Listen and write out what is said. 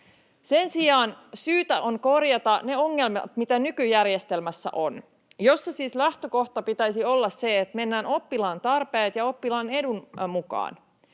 Sen sijaan syytä on korjata ne ongelmat, mitä nykyjärjestelmässä on — jossa siis lähtökohta pitäisi olla se, että mennään oppilaan tarpeen ja oppilaan edun mukaan.